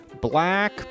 Black